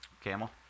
camel